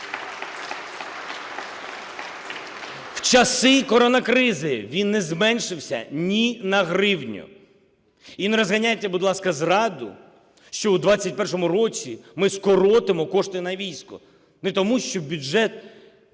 В часи коронакризи він не зменшився ні на гривню. І не розганяйте, будь ласка, зраду, що у 2021 році ми скоротимо кошти на військо. Це неможливо, тому бюджет